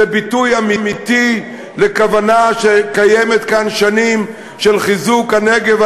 זה ביטוי אמיתי לכוונה שקיימת כאן שנים של חיזוק הנגב,